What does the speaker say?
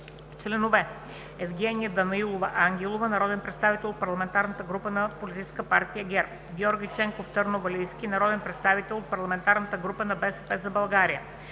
Членове: Евгения Даниелова Ангелова – народен представител от Парламентарната група на Политическа партия ГЕРБ; Георги Ченков Търновалийски – народен представител от Парламентарната група „БСП за България”